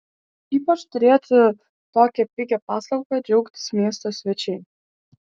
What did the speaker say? ypač turėtų tokia pigia paslauga džiaugtis miesto svečiai